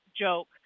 joke